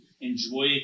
enjoy